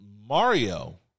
Mario